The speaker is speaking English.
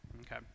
Okay